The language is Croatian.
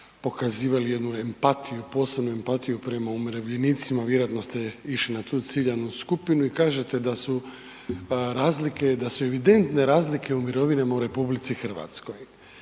pokazali jednu empatiju, posebnu empatiju prema umirovljenicima, vjerojatno ste išli na tu ciljanu skupinu i kažete da su razlike, da su evidentne razlike u mirovinama u RH. Pa razlike